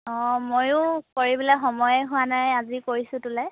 অঁ মইয়ো কৰিবলৈ সময়ে হোৱা নাই আজি কৰিছোঁ তোলৈ